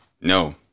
no